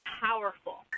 powerful